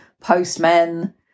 postmen